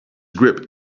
grip